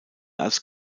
als